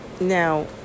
Now